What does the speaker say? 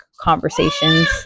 conversations